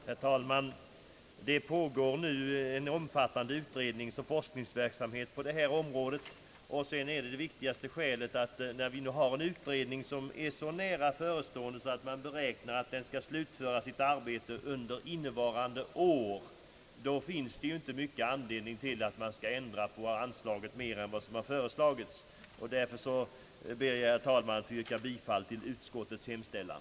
Herr talman! Det pågår nu en omfattande utredningsoch forskningsverksamhet på detta område. Då utredningens arbete fortskridit så långt, att den väntas kunna slutföra sitt uppdrag under innevarande år, finns det nu ingen anledning att ändra på anslaget. Därför ber jag, herr talman, att få yrka bifall till utskottets hemställan.